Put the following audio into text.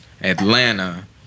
Atlanta